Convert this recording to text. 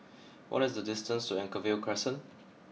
what is the distance to Anchorvale Crescent